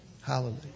Hallelujah